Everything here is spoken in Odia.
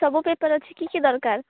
ସବୁ ପେପର୍ ଅଛି କି କି ଦରକାର